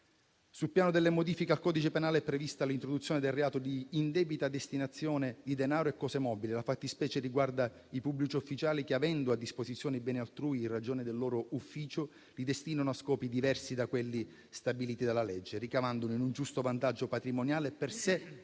Sul piano delle modifiche al codice penale è prevista l'introduzione del reato di indebita destinazione di denaro e cose mobili: la fattispecie riguarda i pubblici ufficiali che, avendo a disposizione i beni altrui in ragione del loro ufficio, li destinano a scopi diversi da quelli stabiliti dalla legge, ricavandone un ingiusto vantaggio patrimoniale per sé